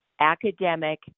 academic